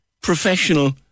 professional